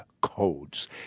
Codes